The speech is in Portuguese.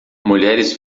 mulheres